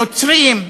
נוצרים,